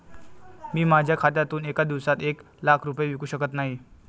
मी माझ्या खात्यातून एका दिवसात एक लाख रुपये विकू शकत नाही